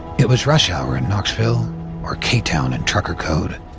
it was rush hour in knoxville or k-town in trucker code.